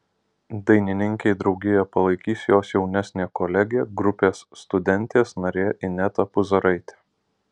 dainininkei draugiją palaikys jos jaunesnė kolegė grupės studentės narė ineta puzaraitė